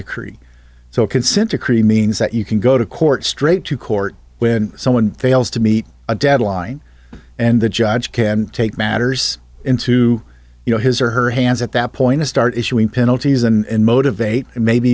decree so consent decree means that you can go to court straight to court when someone fails to meet a deadline and the judge can take matters into you know his or her hands at that point start issuing penalties and motivate and maybe